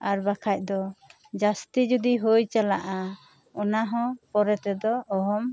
ᱟᱨ ᱵᱟᱠᱷᱟᱡ ᱫᱚ ᱡᱟᱹᱥᱛᱤ ᱡᱩᱫᱤ ᱦᱩᱭ ᱪᱟᱞᱟᱜᱼᱟ ᱚᱱᱟ ᱦᱚᱸ ᱯᱚᱨᱮ ᱛᱮᱫᱚ ᱚᱦᱚᱢ